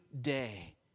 day